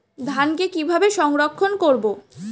ধানকে কিভাবে সংরক্ষণ করব?